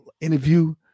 interview